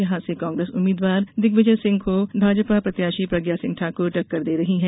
यहां से कांग्रेस उम्मीद्वार दिग्विजय सिंह को भाजपा प्रत्याशी प्रज्ञा सिंह ठाकुर टक्कर दे रही हैं